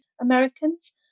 Americans